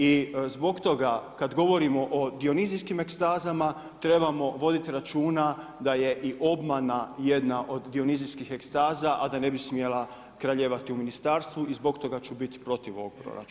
I zbog toga kada govorimo o dionizijskim ekstazama, trebamo voditi računa da je i obmana jedna od dionizijskih ekstaza, a da ne bi smjela kraljevati u ministarstvu i zbog toga ću biti protiv ovog proračuna.